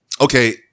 Okay